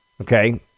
okay